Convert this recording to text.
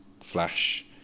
flash